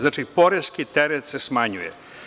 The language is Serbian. Znači, poreski teret se smanjuje.